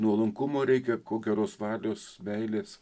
nuolankumo reikia geros valios meilės